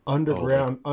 Underground